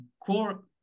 core